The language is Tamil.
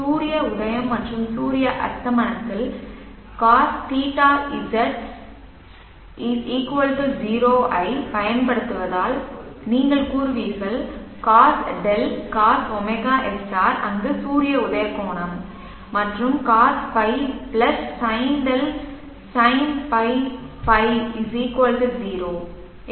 சூரிய உதயம் மற்றும் சூரிய அஸ்தமனத்தில் CosθZ 0 ஐப் பயன்படுத்துவதால் நீங்கள் கூறுவீர்கள் Cosδ Cosωsr அங்கு சூரிய உதய கோணம் மற்றும் Cosϕ Sinδ Sinπϕ 0